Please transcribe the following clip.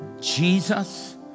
Jesus